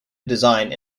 design